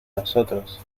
nosotros